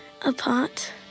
apart